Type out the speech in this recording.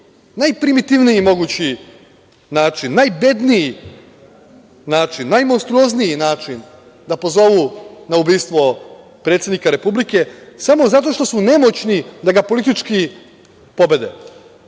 najprimitivniji mogući način, najbedniji način, najmonstruozniji način da pozovu na ubistvo predsednika Republike samo zato što su nemoćni da ga politički pobede.